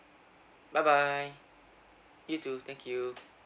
bye bye you too thank you